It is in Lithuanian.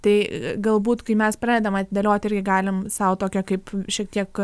tai galbūt kai mes pradedam atidėliot irgi galim sau tokią kaip šiek tiek